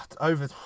over